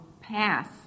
pass